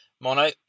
Mono